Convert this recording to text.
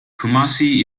kumasi